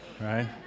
Right